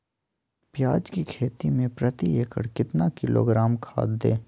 प्याज की खेती में प्रति एकड़ कितना किलोग्राम खाद दे?